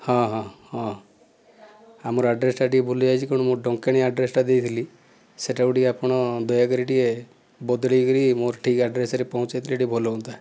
ହଁ ହଁ ହଁ ଆମର ଆଡ଼୍ରେସଟା ଟିକେ ଭୁଲ ହୋଇଯାଇଛି କ'ଣ ମୋର ଡଙ୍କନୀ ଆଡ଼୍ରେସଟା ଦେଇଥିଲି ସେହିଟାକୁ ଟିକେ ଆପଣ ଦୟାକରି ଟିକେ ବଦଳାଇକି ମୋ ଆଡ଼୍ରେସରେ ଟିକେ ପଠାଇଦେଲେ ଭଲ ହୁଅନ୍ତା